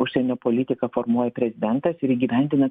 užsienio politiką formuoja prezidentas ir įgyvendina kad